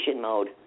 mode